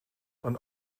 een